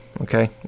okay